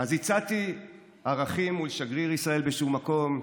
אז הצעתי ערכים מול שגריר ישראל בשום מקום,